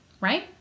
right